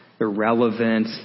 irrelevant